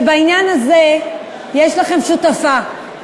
שבעניין הזה יש לכם שותפה.